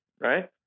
right